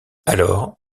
alors